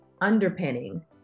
underpinning